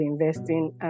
investing